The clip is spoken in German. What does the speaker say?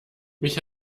mich